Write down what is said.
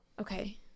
Okay